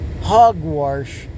hogwash